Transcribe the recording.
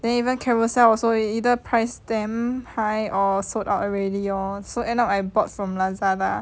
then even Carousell also either price damn high or sold out already lor so end up I bought from Lazada